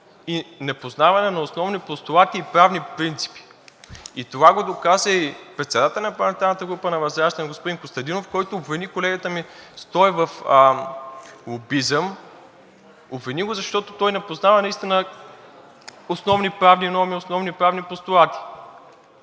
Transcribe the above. и непознаване на основни постулати и правни принципи, и това го доказа и председателят на парламентарната група на ВЪЗРАЖДАНЕ господин Костадинов, който обвини колегата ми Стоев в лобизъм, обвини го, защото той не познава наистина основни правни норми, основни правни постулати.